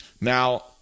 Now